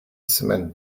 cement